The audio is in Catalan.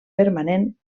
permanent